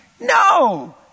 No